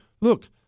look